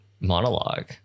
monologue